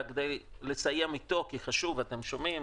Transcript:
כדי לסיים איתו כי זה חשוב אתם שומעים,